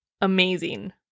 amazing